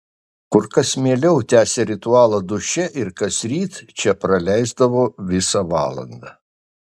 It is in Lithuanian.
kur kas mieliau tęsė ritualą duše ir kasryt čia praleisdavo po valandą